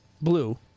Blue